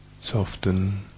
soften